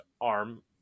arm